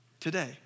today